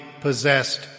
possessed